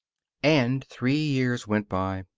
and three years went by.